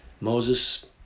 Moses